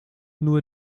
nur